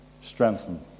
strengthen